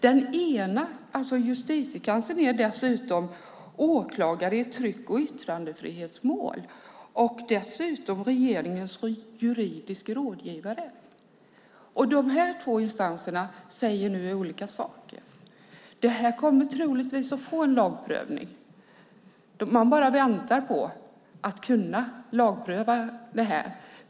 Den ena, Justitiekanslern, är dessutom åklagare i tryck och yttrandefrihetsmål samt regeringens juridiske rådgivare. Dessa två instanser säger nu olika saker. Detta kommer troligtvis att få en lagprövning. Man bara väntar på att kunna lagpröva det.